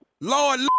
Lord